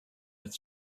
its